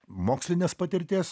mokslinės patirties